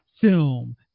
film